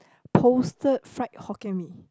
posted fried Hokkien Mee